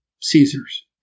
Caesar's